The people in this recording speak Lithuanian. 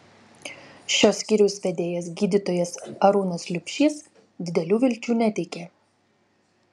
šio skyriaus vedėjas gydytojas arūnas liubšys didelių vilčių neteikė